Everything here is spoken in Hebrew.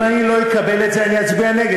אם אני לא אקבל את זה אני אצביע נגד.